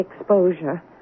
exposure